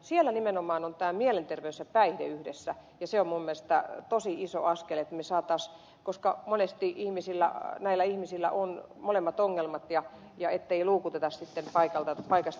siellä nimenomaan ovat mielenterveys ja päihde yhdessä ja se on minun mielestäni tosi iso askel että me saisimme nämä yhteen koska monesti näillä ihmisillä on molemmat ongelmat eikä heitä luukutettaisi sitten paikasta toiseen